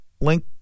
Link